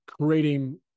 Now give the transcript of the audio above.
creating